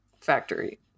factory